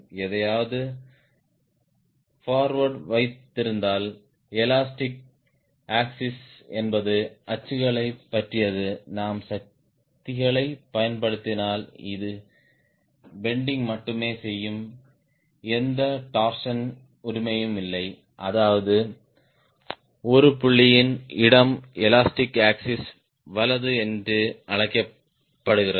எதையாவது போர்வேர்ட் வைத்திருந்தால் elastic axis என்பது அச்சுகளைப் பற்றியது நாம் சக்திகளைப் பயன்படுத்தினால் அது பெண்டிங் மட்டுமே செய்யும் எந்த டார்ஸின் உரிமையும் இல்லை அதாவது ஒரு புள்ளியின் இடம் எலாஸ்டிக் ஆக்சிஸ் வலது என்று அழைக்கப்படுகிறது